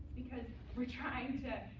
because we're trying to